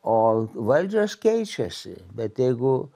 o valdžios keičiasi bet jeigu